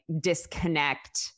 disconnect